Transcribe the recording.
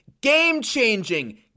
game-changing